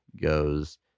goes